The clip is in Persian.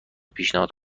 پیشنهاد